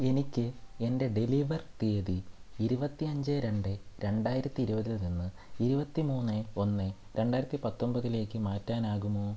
എനിക്ക് എന്റെ ഡെലിവർ തീയതി ഇരുപത്തിയഞ്ച് രണ്ട് രണ്ടായിരത്തി ഇരുപതിൽ നിന്ന് ഇരുപത്തിമൂന്ന് ഒന്ന് രണ്ടായിരത്തി പത്തൊൻപതിലേക്ക് മാറ്റാനാകുമോ